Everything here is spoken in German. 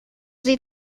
sie